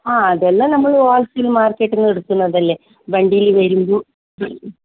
ആ അതെല്ലാം നമ്മൾ ഹോൾസെയില് മാർക്കറ്റിൽ നിന്നു എടുക്കുന്നത് അല്ലെ വണ്ടി വരുന്നത്